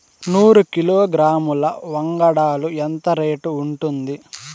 నూరు కిలోగ్రాముల వంగడాలు ఎంత రేటు ఉంటుంది?